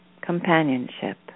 companionship